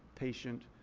patient,